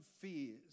fears